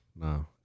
No